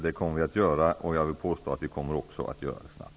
Det kommer vi att göra, och jag vill påstå att vi också kommer att göra det snabbt.